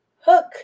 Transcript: hook